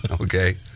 okay